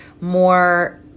more